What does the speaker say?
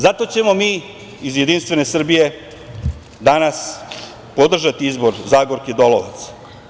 Zato ćemo mi iz Jedinstvene Srbije danas podržati izbor Zagorke Dolovac.